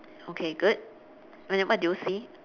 okay good and then what do you see